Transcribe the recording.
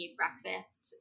breakfast